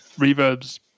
reverbs